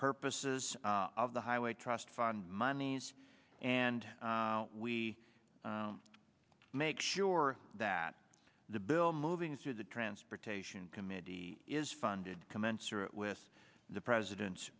purposes of the highway trust fund monies and we make sure that the bill moving through the transportation committee is funded commensurate with the president's